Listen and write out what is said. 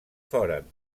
foren